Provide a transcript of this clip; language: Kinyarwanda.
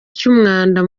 cy’umwanda